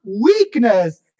weakness